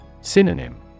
Synonym